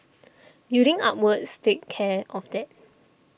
building upwards takes care of that